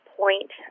point